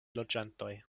loĝantoj